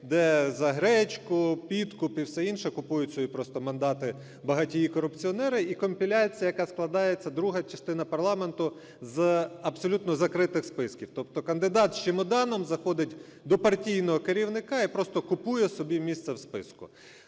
де за гречку, підкуп і все інше купують собі просто мандати багатії-корупціонери і компіляція, яка складається, друга частина парламенту, з абсолютно закритих списків. Тобто кандидат з чемоданом заходить до партійного керівника і просто купує собі місце в списку.